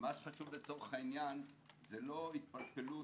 מה שחשוב לצורך העניין זה לא התפלפלות